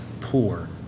poor